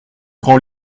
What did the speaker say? grand